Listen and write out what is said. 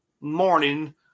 morning